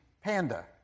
Panda